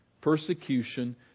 Persecution